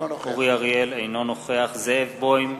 אינו נוכח זאב בוים,